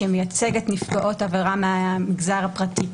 שמייצגת נפגעות עבירה מהמגזר הפרטי.